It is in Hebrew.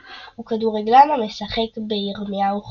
הוא כדורגלן המשחק ב ירמיהו חולון.